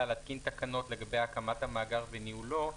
להתקין תקנות לגבי הקמת המאגר וניהולו.